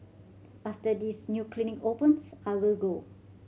after this new clinic opens I will go